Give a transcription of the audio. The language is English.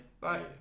Bye